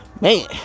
man